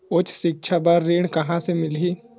उच्च सिक्छा बर ऋण कहां ले मिलही?